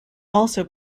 also